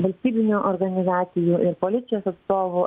valstybinių organizacijų ir policijos atstovų